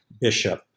bishop